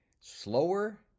slower